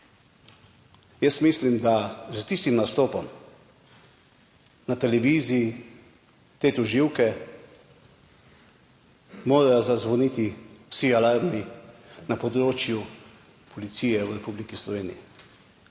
Jaz mislim, da s tistim nastopom na televiziji te tožilke morajo zazvoniti vsi alarmi na področju policije v Republiki Sloveniji.